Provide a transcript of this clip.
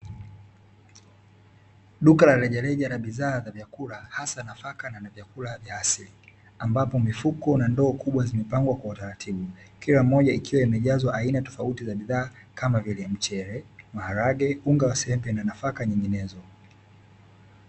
Duka la rejareja la bidhaa za vyakula hasa nafaka na vyakula vya asili, ambapo mifuko na ndoo kubwa zimepangwa kwa utaratibu, kila moja ikiwa imejazwa aina tofauti za bidhaa, kama vile: mchele, maharage, unga wa sembe, na nafaka nyinginezo.